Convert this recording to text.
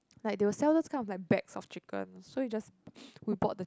like they will those kind of like bags of chicken so we just we bought the